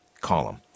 column